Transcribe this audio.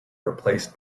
replaced